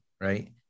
right